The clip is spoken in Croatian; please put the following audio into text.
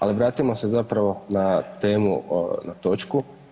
Ali vratimo se zapravo na temu, na točku.